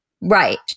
right